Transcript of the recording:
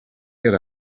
get